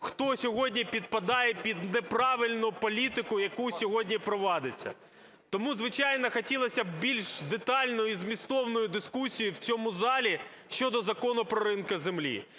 хто сьогодні підпадає під неправильну політику, яка сьогодні провадиться. Тому, звичайно, хотілося б більш детальної і змістовної дискусії в цьому залі щодо Закону про ринок землі.